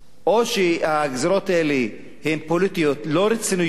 או שהגזירות האלה הן פוליטיות, לא רציניות,